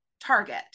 target